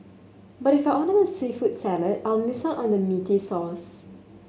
but if I order the seafood salad I'll miss out on the meaty sauce